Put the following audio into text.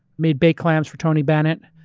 made baked clams for tony bennett.